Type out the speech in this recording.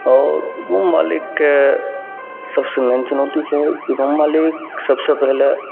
आओर रूम मालिकके सबसे मेन चुनौती छै कि रूम मालिक सबसे पहिले